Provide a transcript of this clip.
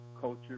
culture